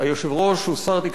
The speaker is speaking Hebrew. היושב-ראש הוא שר התקשורת לשעבר,